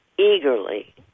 eagerly